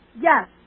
Yes